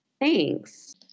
Thanks